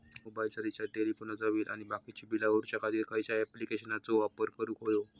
मोबाईलाचा रिचार्ज टेलिफोनाचा बिल आणि बाकीची बिला भरूच्या खातीर खयच्या ॲप्लिकेशनाचो वापर करूक होयो?